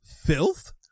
filth